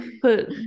put